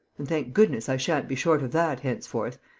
and, thank goodness, i shan't be short of that, henceforth!